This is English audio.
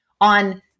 on